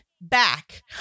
back